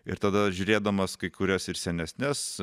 ir tada žiūrėdamas kai kurias ir senesnes